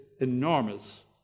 enormous